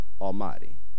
Almighty